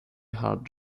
hard